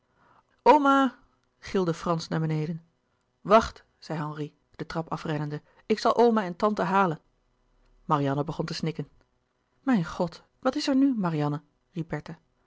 gilde frans naar beneden wacht zei henri de trap afrennende ik zal oma en tante halen marianne begon te snikken mijn god wat is er nu marianne